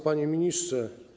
Panie Ministrze!